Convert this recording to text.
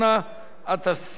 התשס"ט 2009,